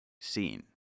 seen